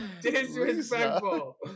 Disrespectful